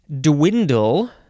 Dwindle